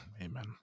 Amen